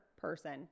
person